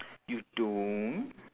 you don't